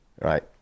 right